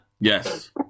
Yes